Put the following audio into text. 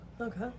Okay